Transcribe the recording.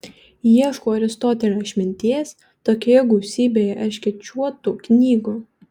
ieškau aristotelio išminties tokioje gausybėje erškėčiuotų knygų